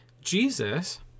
Jesus